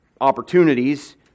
opportunities